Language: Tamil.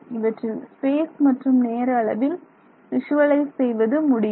இவற்றில் ஸ்பேஸ் மற்றும் நேர அளவில் விஷுவலைஸ் செய்வது முடியும்